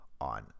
on